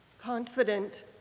Confident